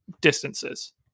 distances